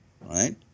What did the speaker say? right